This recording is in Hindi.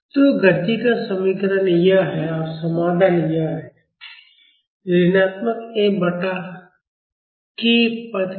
तो गति का समीकरण यह है और समाधान यह है ऋणात्मक F बटा k पद के साथ